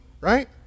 right